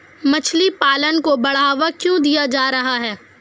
मछली पालन को बढ़ावा क्यों दिया जा रहा है?